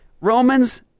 Romans